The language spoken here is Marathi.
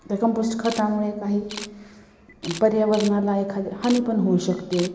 त्या कंपोस्ट खतामुळे काही पर्यावरणाला एखाद्या हानी पण होऊ शकते